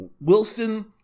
Wilson